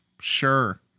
Sure